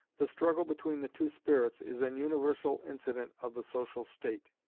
the struggle between the two spirits is an universal incident of the social state.